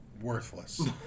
worthless